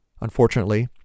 Unfortunately